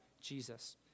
Jesus